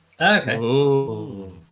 okay